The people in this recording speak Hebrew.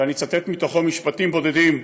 ואצטט מתוכו משפטים בודדים,